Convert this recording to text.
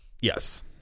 Yes